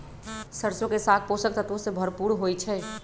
सरसों के साग पोषक तत्वों से भरपूर होई छई